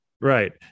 Right